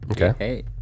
Okay